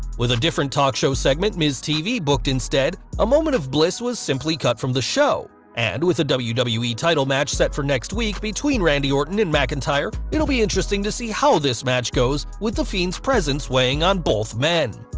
with a different talk-show segment, miz tv booked instead, a moment of bliss was simply cut from the show, and with a wwe wwe title match set for next week between randy orton and mcintyre, it'll be interesting to see how this match goes with the fiend's presence weighing on both men.